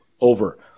over